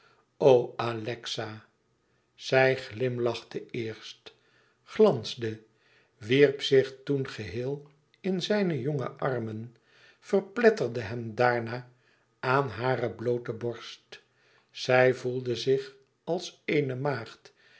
alexa zij glimlachte eerst glansde wierp zich toen geheel in zijne jonge armen verpletterde hem daarna aan hare bloote borst zij voelde zich als eene maagd